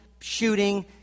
shooting